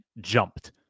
jumped